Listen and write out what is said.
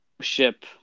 ship